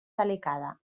delicada